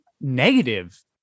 negative